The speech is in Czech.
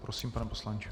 Prosím, pane poslanče.